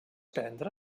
prendre